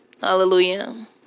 Hallelujah